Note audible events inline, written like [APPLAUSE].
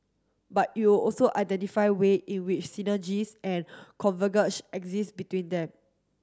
but it will also identify way in which synergies and [UNINTELLIGIBLE] exist between them